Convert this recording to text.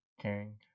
caring